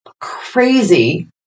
crazy